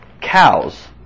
cows